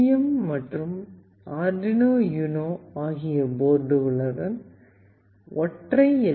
M மற்றும் Arduino Uno ஆகிய போர்டுகளுடன் ஒற்றை எல்